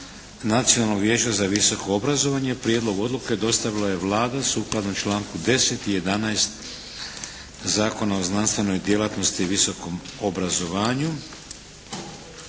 Nacionalnog vijeća za visoko obrazovanje Prijedlog odluke dostavila je Vlada sukladno članku 10. i 11. Zakona o znanstvenoj djelatnosti i visokom obrazovanju.